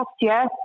yes